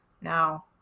now